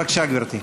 בבקשה, גברתי.